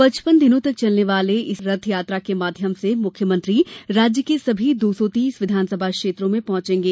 पचपन दिनों तक चलने वाले इस रथयात्रा के माध्यम से मुख्यमंत्री राज्य के सभी दो सौ तीस विधानसभा क्षेत्रों में पहंचेंगे